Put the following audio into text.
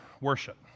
worship